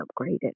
upgraded